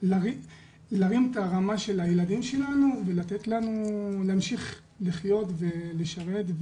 להרים את הרמה של הילדים שלנו ולתת לנו להמשיך לחיות ולשרת,